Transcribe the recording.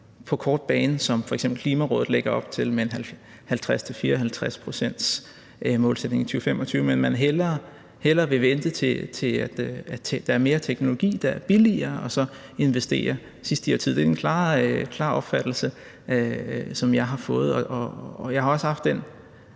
den korte bane, som f.eks. Klimarådet lægger op til med en 50-54-procentsmålsætning i 2025, men at man hellere vil vente, indtil der er mere teknologi, der er billigere, og så investere sidst i årtiet. Det er den klare opfattelse, som jeg har fået. Jeg har også haft den